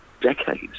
decades